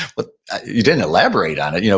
but you didn't elaborate on it. you know